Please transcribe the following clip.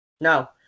No